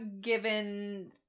given